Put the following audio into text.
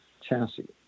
chassis